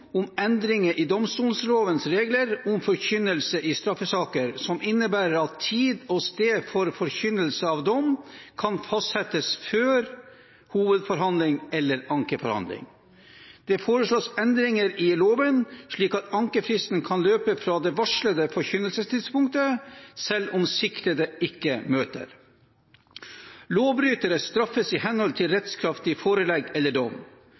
om endringer i domstollovens regler om forkynnelse av straffesaker, som innebærer at tid og sted for forkynnelse av dom kan fastsettes før hovedforhandling eller ankeforhandling. Det foreslås endringer i loven, slik at ankefristen kan løpe fra det varslede forkynnelsestidspunktet selv om siktede ikke møter. Lovbrytere straffes i henhold til rettskraftig forelegg eller dom.